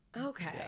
Okay